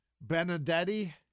Benedetti